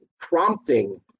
prompting